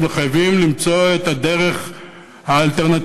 אבל חייבים למצוא את הדרך האלטרנטיבית,